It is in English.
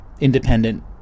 independent